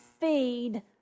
feed